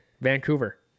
Vancouver